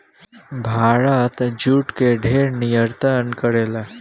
Bharat jute के ढेर निर्यात करेला